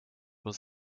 was